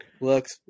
Looks